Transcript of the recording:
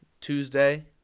Tuesday